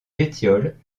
pétiole